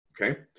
okay